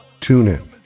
TuneIn